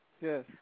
Yes